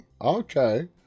Okay